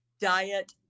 diet